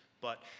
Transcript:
but